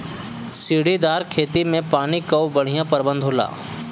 सीढ़ीदार खेती में पानी कअ बढ़िया प्रबंध होला